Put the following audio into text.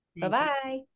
Bye-bye